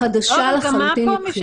חדשה לחלוטין מבחינתנו.